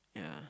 yeah